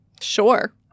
sure